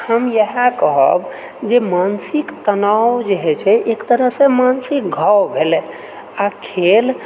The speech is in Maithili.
हम इएह कहब जे मानसिक तनाव जे होइत छै एक तरहसँ मानसिक घाव भेलै आ खेल